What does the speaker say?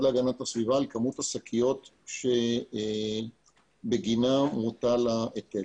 להגנת הסביבה על כמות השקיות שבגינן הוטל ההיטל.